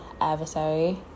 adversary